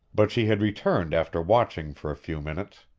but she had returned after watching for a few minutes.